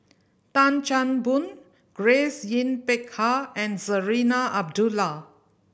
Tan Chan Boon Grace Yin Peck Ha and Zarinah Abdullah